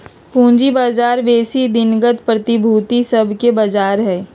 पूजी बजार बेशी दिनगत प्रतिभूति सभके बजार हइ